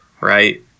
right